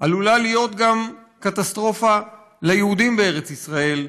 עלולה להיות גם קטסטרופה ליהודים בארץ ישראל,